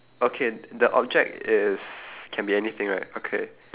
okay the object is can be anything right okay